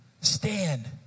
stand